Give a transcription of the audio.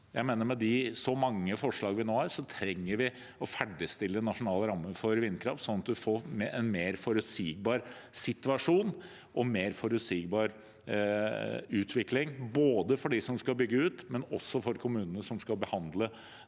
med så mange forslag vi nå har, trenger vi å ferdigstille nasjonal ramme for vindkraft, sånn at man får en mer forutsigbar situasjon og mer forutsigbar utvikling både for dem som skal bygge ut, og for kommunene som skal behandle